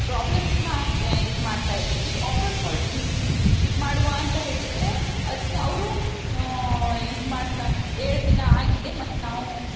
ಪ್ರಾಬ್ಲಮ್ಸ್ನ ಇದು ಮಾಡ್ತಾಯಿದೆ ಈಗ ವಾಪಸ್ಸು ಕೊಡು ಇದು ಮಾಡುವ ಅಂತ ಹೇಳಿದ್ರೆ ಅದಕ್ಕೆ ಅವರು ಇದು ಮಾಡ್ತ ಏಳು ದಿನ ಆಗಿದೆ ಮತ್ತು ನಾವು